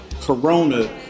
Corona